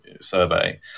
survey